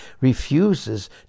refuses